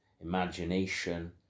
imagination